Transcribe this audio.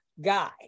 guy